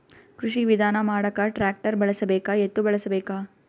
ಕೃಷಿ ವಿಧಾನ ಮಾಡಾಕ ಟ್ಟ್ರ್ಯಾಕ್ಟರ್ ಬಳಸಬೇಕ, ಎತ್ತು ಬಳಸಬೇಕ?